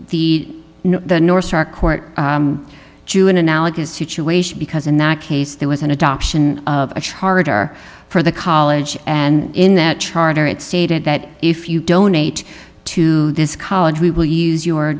know the north star court jew an analogous situation because in that case there was an adoption of a charter for the college and in that charter it stated that if you donate to this college we will use your